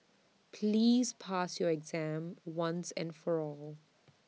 please pass your exam once and for all